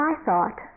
I-thought